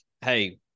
hey